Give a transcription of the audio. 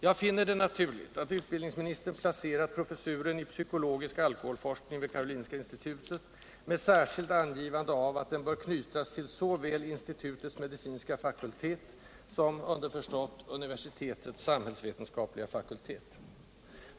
Jag finner det naturligt att utbildningsministern placerat professuren i psykologisk alkoholforskning vid Karolinska institutet med särskilt angivande av att den bör knytas till såväl institutets medicinska fakultet som — underförstått — universitetets samhällsvetenskapliga fakultet.